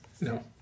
No